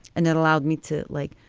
and that allowed me to like.